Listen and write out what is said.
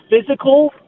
physical